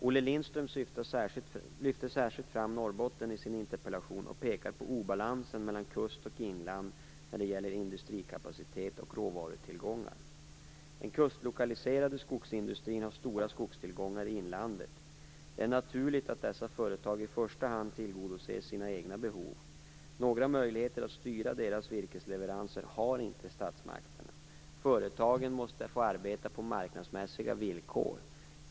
Olle Lindström lyfter särskilt fram Norrbotten i sin interpellation och pekar på obalansen mellan kustoch inland när det gäller industrikapacitet och råvarutillgångar. Den kustlokaliserade skogsindustrin har stora skogstillgångar i inlandet. Det är naturligt att dessa företag i första hand tillgodoser sina egna behov. Några möjligheter att styra deras virkesleveranser har inte statsmakterna. Företagen måste få arbeta på marknadsmässiga villkor.